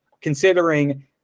considering –